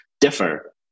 differ